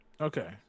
Okay